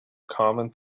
common